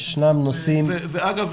אגב,